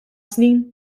snin